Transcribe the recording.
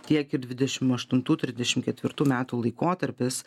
tiek ir dvidešimt aštuntų trisdešimt ketvirtų metų laikotarpis